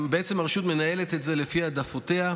בעצם, הרשות מנהלת את זה לפי העדפותיה.